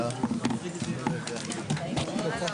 הישיבה ננעלה בשעה